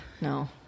No